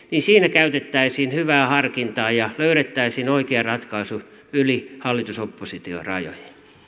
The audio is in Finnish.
käytettäisiin hyvää harkintaa ja löydettäisiin oikea ratkaisu yli hallitus oppositio rajojen